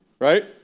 right